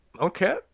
okay